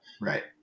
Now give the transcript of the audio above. right